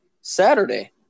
Saturday